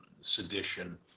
sedition